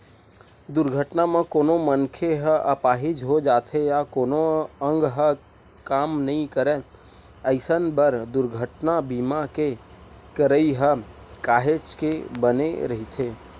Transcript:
दुरघटना म कोनो मनखे ह अपाहिज हो जाथे या कोनो अंग ह काम नइ करय अइसन बर दुरघटना बीमा के करई ह काहेच के बने रहिथे